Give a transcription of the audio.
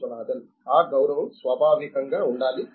విశ్వనాథన్ ఆ గౌరవం స్వాభావికంగా ఉండాలి